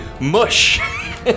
Mush